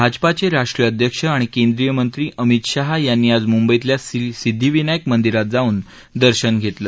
भाजपाचे राष्ट्रीय अध्यक्ष आणि केंद्रीय मंत्री अमित शहा यांनी आज मुंबईतल्या श्रीसिध्दीविनायक मंदिरात जाऊन दर्शन घेतलं